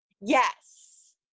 Yes